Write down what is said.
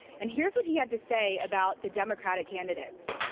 and here is what he had to say about the democratic candidates.